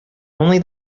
only